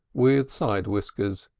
with side whiskers,